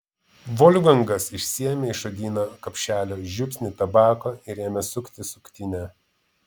volfgangas išsiėmė iš odinio kapšelio žiupsnį tabako ir ėmė sukti suktinę